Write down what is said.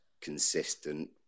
consistent